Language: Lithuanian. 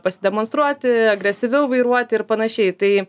pasidemonstruoti agresyviau vairuoti ir panašiai tai